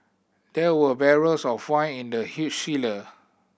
there were barrels of wine in the huge cellar